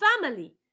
family